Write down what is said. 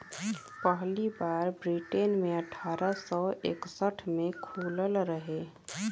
पहली बार ब्रिटेन मे अठारह सौ इकसठ मे खुलल रहे